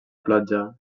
platja